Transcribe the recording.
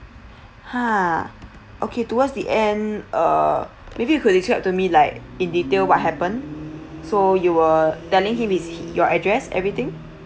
ha okay towards the end err maybe you could describe to me like in detail what happened so you were telling him is he your address everything